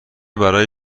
برای